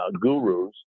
gurus